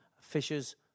fishers